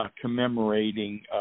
commemorating